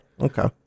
Okay